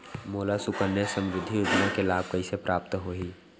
मोला सुकन्या समृद्धि योजना के लाभ कइसे प्राप्त होही?